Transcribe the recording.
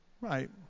Right